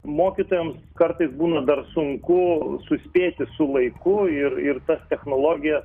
mokytojams kartais būna dar sunku suspėti su laiku ir ir tas technologija